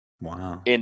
Wow